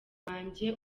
wanjye